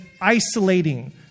isolating